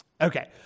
Okay